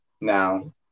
Now